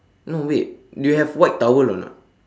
no wait you have white towel or not